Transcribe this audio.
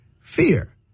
fear